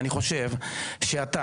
ואני חושב שאתה,